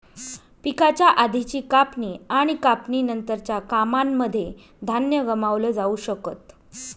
पिकाच्या आधीची कापणी आणि कापणी नंतरच्या कामांनमध्ये धान्य गमावलं जाऊ शकत